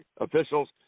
officials